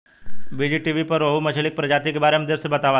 बीज़टीवी पर रोहु मछली के प्रजाति के बारे में डेप्थ से बतावता